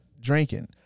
drinking